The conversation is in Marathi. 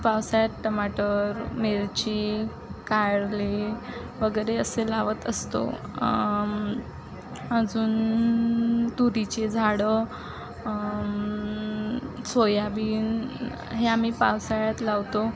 पावसाळ्यात टमाटर मिरची कारली वगैरे असे लावत असतो अजून तुरीची झाडं सोयाबीन हे आम्ही पावसाळ्यात लावतो